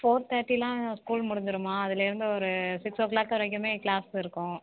four தேட்டிலாம் school முடிஞ்சிரும்மா அதுலருந்து ஒரு சிக்ஸ் ஓ க்ளாக் வரைக்குமே க்ளாஸ் இருக்கும்